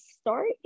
start